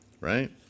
right